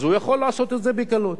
הוא יכול לעשות את זה בקלות.